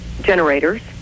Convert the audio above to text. generators